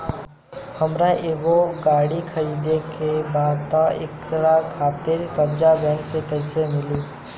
हमरा एगो गाड़ी खरीदे के बा त एकरा खातिर कर्जा बैंक से कईसे मिली?